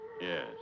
Yes